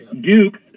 Duke